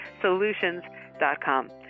solutions.com